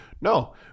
No